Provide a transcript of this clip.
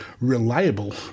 reliable